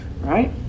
Right